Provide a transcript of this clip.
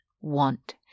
want